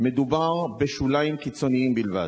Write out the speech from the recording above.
מדובר בשוליים קיצוניים בלבד,